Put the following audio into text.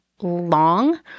long